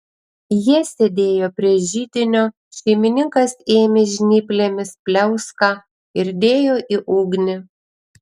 jie sėdėjo prie židinio šeimininkas ėmė žnyplėmis pliauską ir dėjo į ugnį